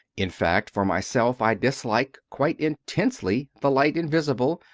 in fact, for myself, i dislike, quite intensely, the light invisible,